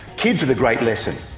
kids are the great lesson,